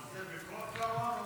אבל זה בכל קרון?